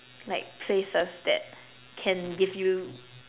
like places that can give you